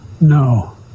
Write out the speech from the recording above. No